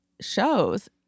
shows